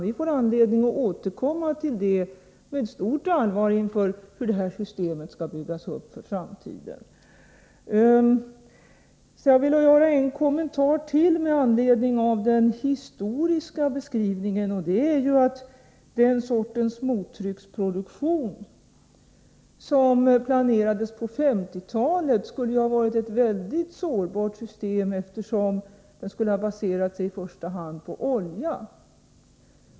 Vi får anledning att återkomma till detta med stort allvar inför frågan om hur det här systemet skall byggas upp för framtiden. Jag vill göra en ytterligare kommentar med anledning av den historiska beskrivningen. Det slags mottrycksproduktion som planerades på 1950-talet skulle ha varit ett mycket sårbart system, eftersom det i första hand skulle ha baserats på olja.